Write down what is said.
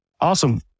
Awesome